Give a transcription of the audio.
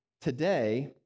today